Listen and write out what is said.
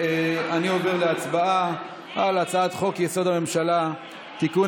אני עובר להצבעה על הצעת חוק-יסוד: הממשלה (תיקון,